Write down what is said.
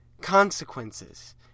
consequences